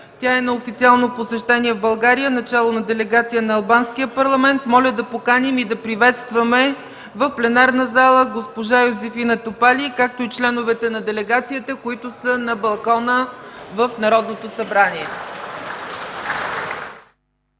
Тя е на официално посещение в България начело на делегация на албанския парламент. Моля да поканим и да приветстваме в пленарната зала госпожа Йозефина Топали, както и членовете на делегацията, които са на балкона в Народното събрание.